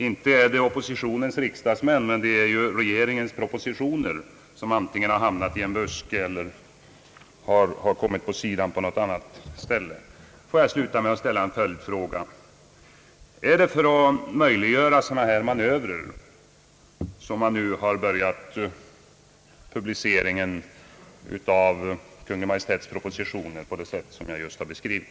Inte är det oppositionens riksdagsmän. Det är regeringens propositioner som antingen har hamnat i en buske eller kommit åt sidan på något annat ställe. Jag vill sluta med att ställa en följdfråga: Är det för att möjliggöra sådana här manövrer som regeringen nu har börjat publicera sina propositioner på det sätt som jag just har beskrivit?